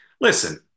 Listen